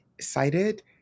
cited